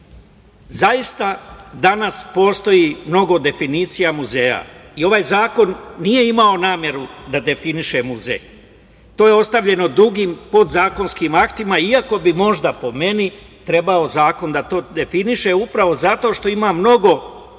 Zaista, danas postoji mnogo definicija muzeja i ovaj zakon nije imao nameru da definiše muzej. To je ostavljeno drugim podzakonskim aktima, i ako bi možda, po meni, trebao zakon to da definiše, upravo zato što ima mnogo